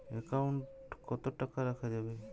Account কত টাকা রাখা যাবে?